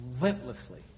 relentlessly